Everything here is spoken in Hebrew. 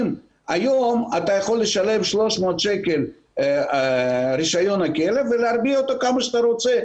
היום אתה יכול לשלם 300 שקל רישיון לכלב ולהרביע אותו כמה שאתה רוצה,